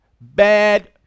bad